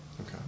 Okay